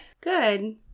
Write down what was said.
Good